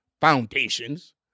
foundations